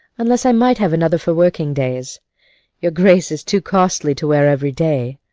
unless i might have another for working days your grace is too costly to wear every day.